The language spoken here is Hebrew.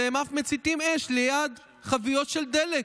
אלא הם אף מציתים אש ליד חביות של דלק.